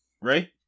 Ray